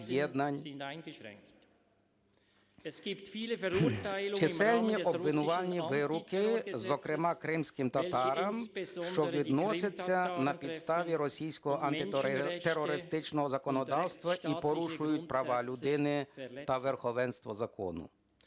чисельні обвинувальні вироки, зокрема кримським татарам, що виносяться на підставі російського антитерористичного законодавства і порушують права людини та верховенство закону.